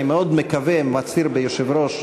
אני מאוד מקווה ומפציר ביושב-ראש,